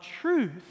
truth